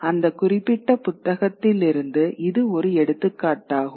அந்த குறிப்பிட்ட புத்தகத்திலிருந்து இது ஒரு எடுத்துக்காட்டாகும்